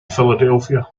philadelphia